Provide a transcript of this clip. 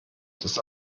des